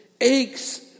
aches